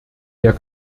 der